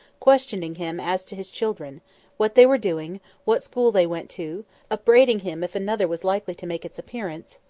questioning him as to his children what they were doing what school they went to upbraiding him if another was likely to make its appearance,